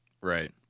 Right